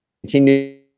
continue